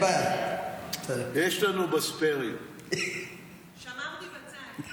טוב, אז אעשה את זה במהירות.